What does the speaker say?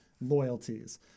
loyalties